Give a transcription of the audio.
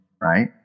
right